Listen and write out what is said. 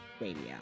radio